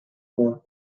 ones